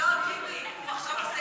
אני בעד